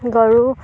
গৰুক